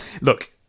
look